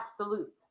absolute